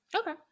Okay